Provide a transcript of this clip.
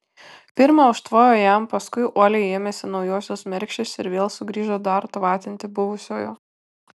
pirma užtvojo jam paskui uoliai ėmėsi naujosios mergšės ir vėl sugrįžo dar tvatinti buvusiojo